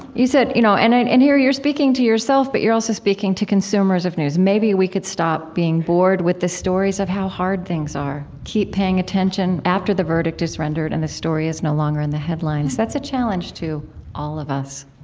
you said, you know, and here you're speaking to yourself, but you're also speaking to consumers of news. maybe we could stop being bored with the stories of how hard things are, keep paying attention after the verdict is rendered and the story is no longer in the headlines. that's a challenge to all of us